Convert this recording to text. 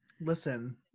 Listen